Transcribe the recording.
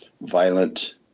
violent